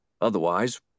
Otherwise